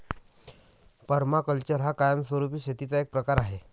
permaculture हा कायमस्वरूपी शेतीचा एक प्रकार आहे